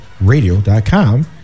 radio.com